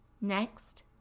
Next